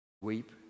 Weep